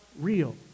real